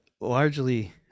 largely